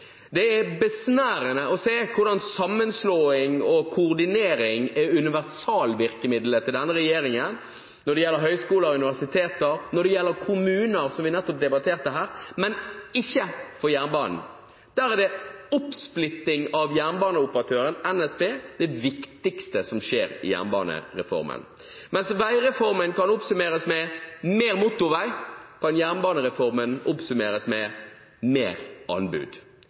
i Norge – å se hvordan sammenslåing og koordinering er universalvirkemiddelet til denne regjeringen, når det gjelder høyskoler og universiteter, når det gjelder kommuner, som vi nettopp debatterte her, men ikke når det gjelder jernbanen. Der er oppsplitting av jernbaneoperatøren NSB det viktigste som skjer i jernbanereformen. Mens veireformen kan oppsummeres med mer motorvei, kan jernbanereformen oppsummeres med mer anbud.